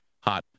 hot